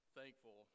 thankful